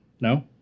No